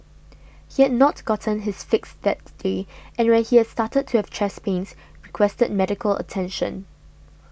he had not gotten his fix that day and when he started to have chest pains requested medical attention